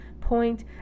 point